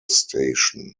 station